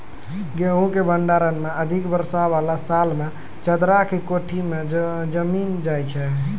गेहूँ के भंडारण मे अधिक वर्षा वाला साल मे चदरा के कोठी मे जमीन जाय छैय?